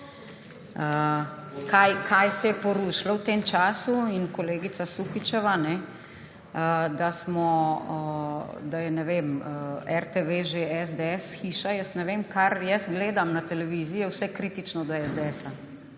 Kaj se je porušilo v tem času? In kolegica Sukičeva, da je RTV že SDS hiša. Jaz ne vem, kar jaz gledam na televiziji, je vse kritično do SDS.